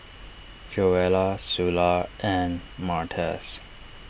Joella Sula and Martez